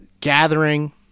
gathering